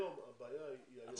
הבעיה היא היום.